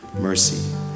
mercy